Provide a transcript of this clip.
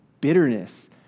bitterness